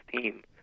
team